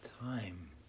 time